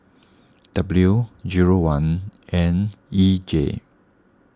W zero one N E J